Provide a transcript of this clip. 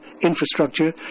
infrastructure